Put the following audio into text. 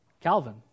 Calvin